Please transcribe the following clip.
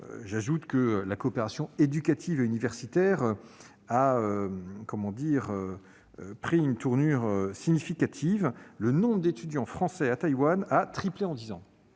J'ajoute que la coopération éducative et universitaire a pris une tournure significative : le nombre d'étudiants français à Taïwan a tout simplement